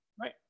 Right